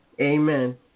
Amen